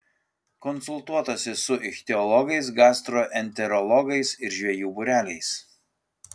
konsultuotasi su ichtiologais gastroenterologais ir žvejų būreliais